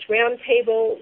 Roundtable